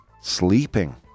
Sleeping